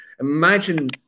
Imagine